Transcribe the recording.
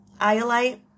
Iolite